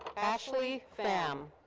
ashley pham.